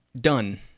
done